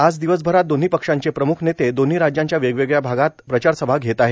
आज दिवसभरात दोन्ही पक्षांचे प्रम्ख नेते दोन्ही राज्यांच्या वेगवेगळया भागांत प्रचारसभा घेत आहेत